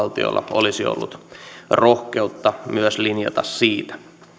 olisi ollut rohkeutta myös linjata siitä